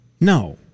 No